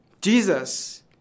Jesus